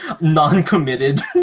non-committed